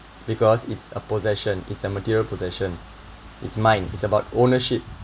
because it's a possession it's a material possession it's mine it's about ownership